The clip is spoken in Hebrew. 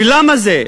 ולמה זה?